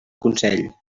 consell